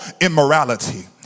immorality